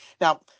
now